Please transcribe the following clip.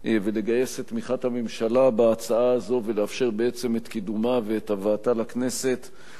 ולגייס את תמיכת הממשלה בהצעה הזאת ולאפשר את קידומה ואת הבאתה לכנסת,